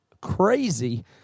crazy